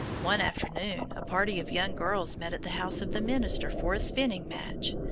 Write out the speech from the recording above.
one afternoon a party of young girls met at the house of the minister for a spinning match.